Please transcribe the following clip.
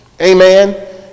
amen